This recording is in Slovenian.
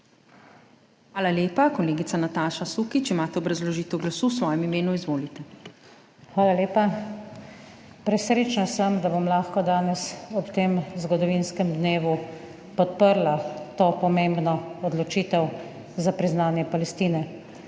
Hvala lepa. Kolegica Nataša Sukič, imate obrazložitev glasu v svojem imenu, izvolite. **NATAŠA SUKIČ (PS Levica):** Hvala lepa. Presrečna sem, da bom lahko danes ob tem zgodovinskem dnevu podprla to pomembno odločitev za priznanje Palestine.